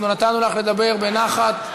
אנחנו נתנו לך לדבר בנחת,